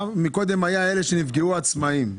קודם היו עצמאים שנפגעו.